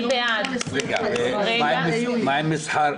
מה עם מסחר?